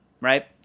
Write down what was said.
right